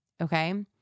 okay